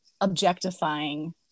objectifying